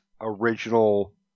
original